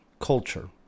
culture